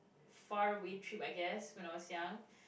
faraway trip I guess when I was young